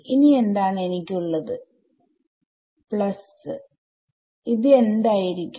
ഇനി എന്താണ് എനിക്ക് ഉള്ളത് വിദ്യാർത്ഥി പ്ലസ് ഇത് എന്തായിരിക്കും